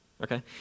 okay